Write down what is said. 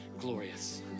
glorious